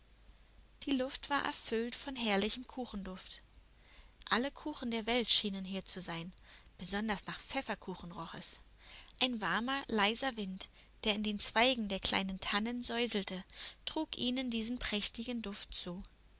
die luft war erfüllt von herrlichem kuchenduft alle kuchen der welt schienen hier zu sein besonders nach pfefferkuchen roch es ein warmer leiser wind der in den zweigen der kleinen tannen säuselte trug ihnen diesen prächtigen duft zu